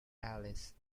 alice